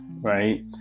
right